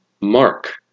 Mark